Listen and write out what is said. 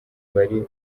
bari